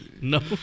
No